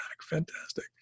Fantastic